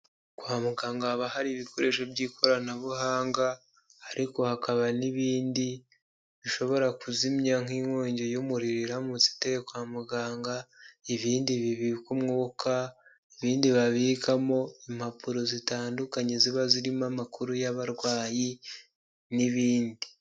Kwa muganga haba hari ibikoresho by'ikoranabuhanga ariko hakaba n'ibindi bishobora kuzimya nk'inkongi y'umuriro iramutse iteye kwa muganga ibindi bibika umwuka ibindi babikamo impapuro zitandukanye ziba zirimo amakuru y'abarwayi n'ibindi.